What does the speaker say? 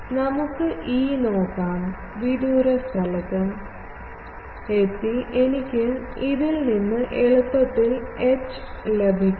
നമുക്ക് E നോക്കാം വിദൂരസ്ഥലത്ത് എത്തി എനിക്ക് ഇതിൽ നിന്ന് എളുപ്പത്തിൽ H ലഭിക്കും